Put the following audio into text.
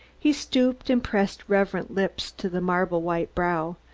he stooped and pressed reverent lips to the marble-white brow,